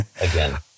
again